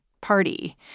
Party